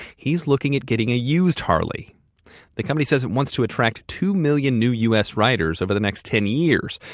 he's looking at getting a used harley the company said it wants to attract two million new u s. riders over the next ten years.